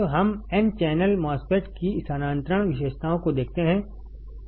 अब हम n channel MOSFET की स्थानांतरण विशेषताओं को देखते हैं